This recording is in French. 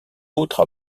autre